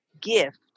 gift